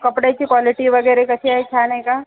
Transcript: कपड्याची कॉलिटी वगैरे कशी आहे छान आहे का